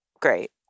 great